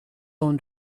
own